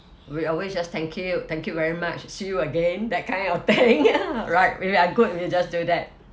we always just thank you thank you very much see you again that kind of thing right we are good we just do that